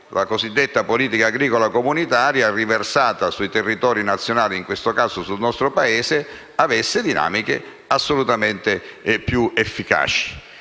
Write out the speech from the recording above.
la cosiddetta Politica agricola comunitaria, riversata sui territori nazionali - in questo caso sul nostro Paese - abbia dinamiche assolutamente più efficaci.